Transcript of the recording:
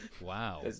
Wow